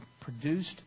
produced